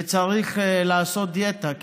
וצריך לעשות דיאטה.